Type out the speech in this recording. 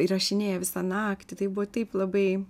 įrašinėję visą naktį tai buvo taip labai